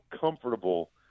comfortable